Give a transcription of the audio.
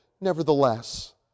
nevertheless